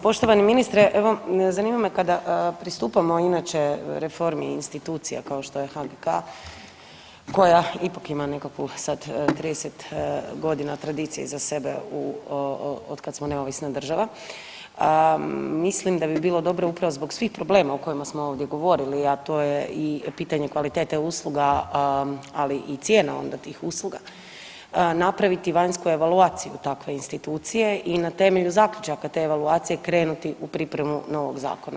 Poštovani ministre evo zanima me kada pristupamo inače reformi institucija kao što je HGK koja ipak ima nekakvu sad 30 godina tradicije iza sebe u, od kad smo neovisna država, mislim da bi bilo dobro upravo zbog svih problema o kojima smo ovdje govorili, a to je i pitanje kvalitete usluga, ali i cijena onda tih usluga napraviti vanjsku evaluaciju takve institucije i na temelju zaključaka te evaluacije krenuti u pripremu novog zakona.